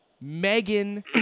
Megan